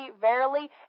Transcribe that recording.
verily